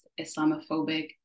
Islamophobic